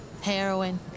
heroin